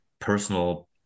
personal